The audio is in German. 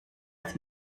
als